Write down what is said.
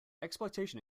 exploitation